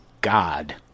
God